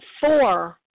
four